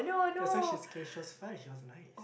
that's why she's scary she was fine she was nice